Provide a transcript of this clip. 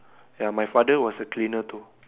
ya my father was a cleaner too